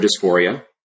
dysphoria